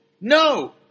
no